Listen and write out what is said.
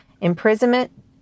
imprisonment